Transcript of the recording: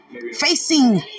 Facing